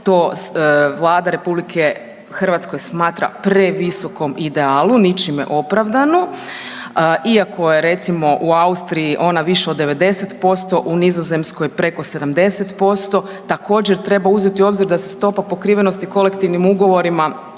to Vlada Republike Hrvatske smatra previsokom idealu ničime opravdanu. Iako je recimo u Austriji ona više od 90%, u Nizozemskoj preko 70%. Također treba uzeti u obzir da se stopa pokrivenosti kolektivnim ugovorima